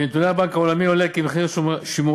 מנתוני הבנק העולמי עולה כי מחיר שימורי